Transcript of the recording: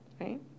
right